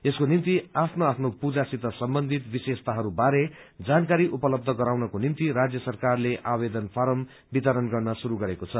यसको निभ्ति आफ्नो आफ्नो पूजासित सम्बन्धित विशेषताहरू जानकारी उपलब्य गराउनको निम्ति राज्य सरकारले आवेदन फारम वितरण गर्न शुरू गरेको छ